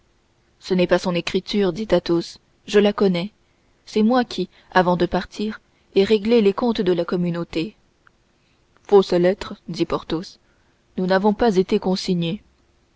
ce n'est pas son écriture s'écria athos je la connais c'est moi qui avant de partir ai réglé les comptes de la communauté fausse lettre dit porthos nous n'avons pas été consignés